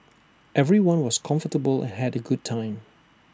everyone was comfortable and had A good time